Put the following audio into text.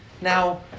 Now